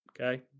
Okay